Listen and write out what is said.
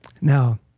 Now